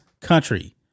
country